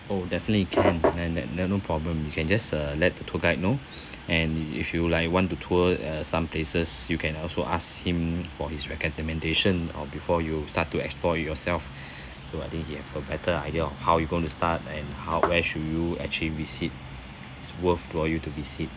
oh definitely can and that no no problem you can just uh let the tour guide know and if you like want to tour uh some places you can also ask him for his recommendation or before you start to explore yourself so I think he have a better idea of how you going to start and how where should you actually visit worth for you to visit